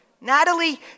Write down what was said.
Natalie